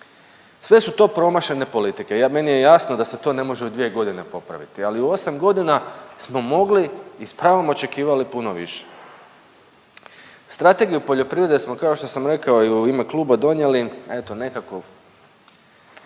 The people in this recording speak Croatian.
Sve su to promašene politike, meni je jasno da se to ne može u 2.g. popraviti, ali u 8.g. smo mogli i s pravom očekivali puno više. Strategiju poljoprivrede smo kao što sam rekao i u ime kluba donijeli eto nekako